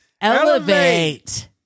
elevate